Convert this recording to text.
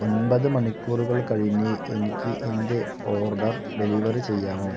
ഒൻപത് മണിക്കൂറുകൾ കഴിഞ്ഞ് എനിക്ക് എന്റെ ഓർഡർ ഡെലിവർ ചെയ്യാമോ